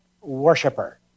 worshiper